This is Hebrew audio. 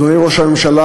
אדוני ראש הממשלה,